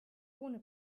ohne